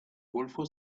golfo